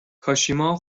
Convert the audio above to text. کاشیما